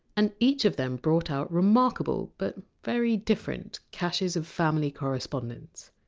and each of them brought out remarkable, but very different, caches of family correspondence.